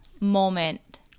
moment